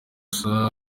gusa